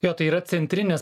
jo tai yra centrinis